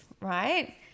right